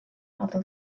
other